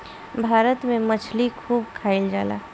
भारत में मछली खूब खाईल जाला